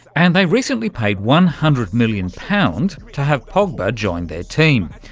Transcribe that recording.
and they recently paid one hundred million pounds to have pogda join their team,